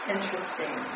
interesting